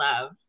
love